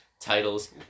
titles